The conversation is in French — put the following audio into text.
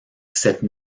cette